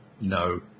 no